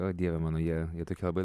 o dieve mano jie tokie labai